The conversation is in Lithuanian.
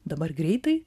dabar greitai